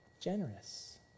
generous